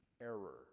error